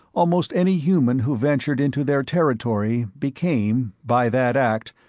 almost any human who ventured into their territory became, by that act,